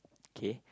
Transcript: okay